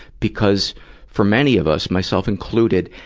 because for many of us, myself included,